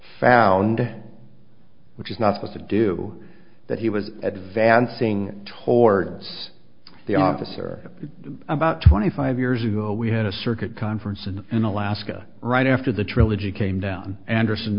found which is nothing to do that he was at vance ing towards the officer about twenty five years ago we had a circuit conference and in alaska right after the trilogy came down anderson